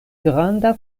granda